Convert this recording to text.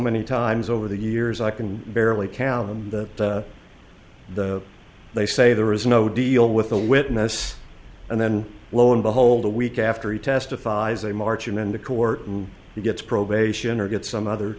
many times over the years i can barely count them they say there is no deal with the witness and then lo and behold a week after he testifies they march and then to court and he gets probation or gets some other